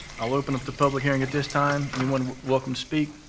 i'll open up the public hearing at this time. anyone welcome to speak.